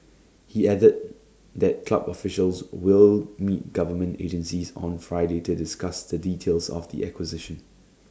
he added that club officials will meet government agencies on Friday to discuss the details of the acquisition